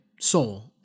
Soul